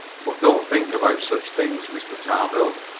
but don't think about such things, mr. tarbill.